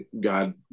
god